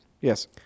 Yes